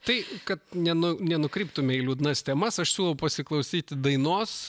tai kad nenu nenukryptume į liūdnas temas aš siūlau pasiklausyti dainos